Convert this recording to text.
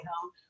Home